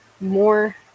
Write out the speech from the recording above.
more